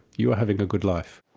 you are having a good life.